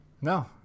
No